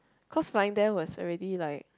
cause flying there was already like